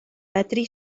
medru